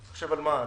חושב על מה?